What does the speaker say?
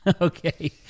Okay